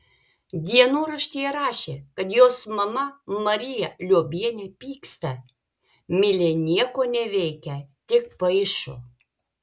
dienoraštyje rašė kad jos mama marija liobienė pyksta milė nieko neveikia tik paišo